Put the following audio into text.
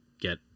get